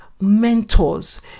mentors